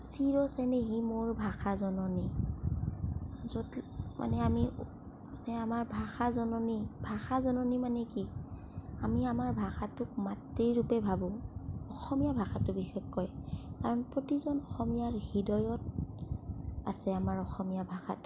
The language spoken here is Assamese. চিৰ চেনেহী মোৰ ভাষা জননী য'ত মানে আমি মানে আমাৰ ভাষা জননী ভাষা জননী মানে কি আমি আমাৰ ভাষাটোক মাতৃ ৰূপে ভাবোঁ অসমীয়া ভাষাটোক বিশেষকৈ কাৰণ প্ৰতিজন অসমীয়াৰ হৃদয়ত আছে আমাৰ অসমীয়া ভাষাটো